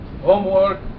homework